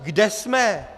Kde jsme?